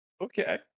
Okay